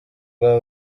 bwa